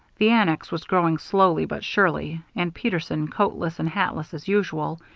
the annex was growing slowly but surely and peterson, coatless and hatless as usual,